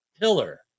pillar